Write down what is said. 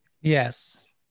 Yes